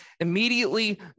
immediately